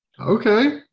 Okay